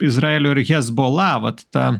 izraelio ir hezbollah vat ta